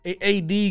AD